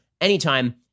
anytime